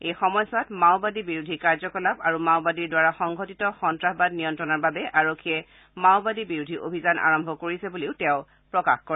এই সময়ছোৱাত মাওবাদী বিৰোধী কাৰ্যকলাপ আৰু মাওবাদীৰ দ্বাৰা সংঘটিত সন্ত্ৰাসবাদ নিয়ন্ত্ৰণৰ বাবে আৰক্ষীয়ে মাওবাদী বিৰোধী অভিযান আৰম্ভ কৰিছে বুলিও তেওঁ প্ৰকাশ কৰে